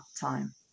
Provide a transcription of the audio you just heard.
time